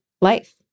life